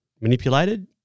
manipulated